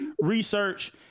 research